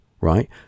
right